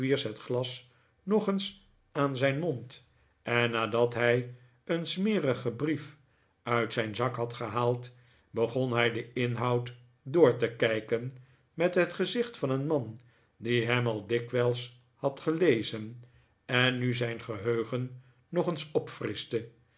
het glas nog eens aan zijn mond en nadat hij een smerigen brief uit zijn zak had gehaald begon hij den inhoud door te kijken met het gezicht van een man die hem al dikwijls had gelezen en nu zijn geheugen nog eens